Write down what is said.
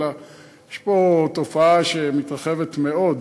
אלא יש פה תופעה שמתרחבת מאוד.